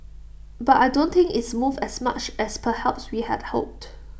but I don't think it's moved as much as perhaps we had hoped